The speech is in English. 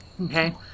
okay